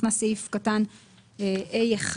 סעיף 85א1(1),